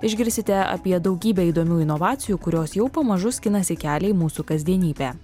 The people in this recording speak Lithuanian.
išgirsite apie daugybę įdomių inovacijų kurios jau pamažu skinasi kelią į mūsų kasdienybę